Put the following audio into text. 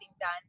done